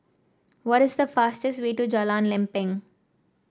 what is the fastest way to Jalan Lempeng